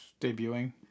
debuting